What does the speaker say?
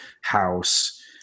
house